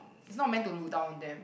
is not meant to look down on them